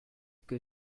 que